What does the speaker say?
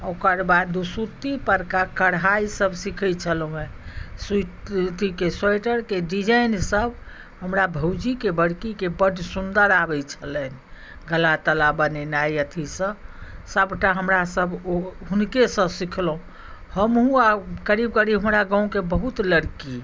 आ ओकरबाद दुसुत्ती परका कढ़ाइ सब सिखैत छलहुँ हँ अथीके स्वेटरके डिजाइन सब हमरा भौजीके बड़कीके बड सुन्दर आबैत छलनि गला तला बनेनाइ अथीसँ सबटा हमरासब ओ हुनकेसँ सिखलहुँ हमहूँ आ करीब करीब हमरा गाँवके बहुत लड़की